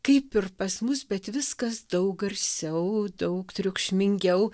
kaip ir pas mus bet viskas daug garsiau daug triukšmingiau